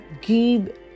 give